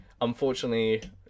unfortunately